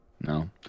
No